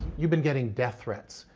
you've been getting death threats.